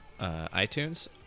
iTunes